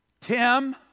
Tim